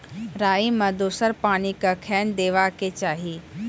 राई मे दोसर पानी कखेन देबा के चाहि?